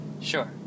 Sure